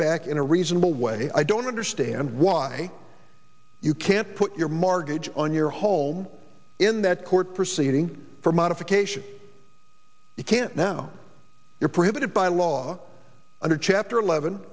back in a reasonable way i don't understand why you can't put your margin on your home in that court proceeding for modification you can't now you're prevented by law under chapter eleven